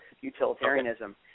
utilitarianism